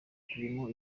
ukubiyemo